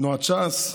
תנועת ש"ס,